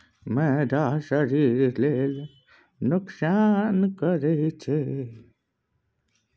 मैदा शरीर लेल नोकसान करइ छै